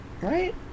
Right